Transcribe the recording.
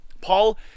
Paul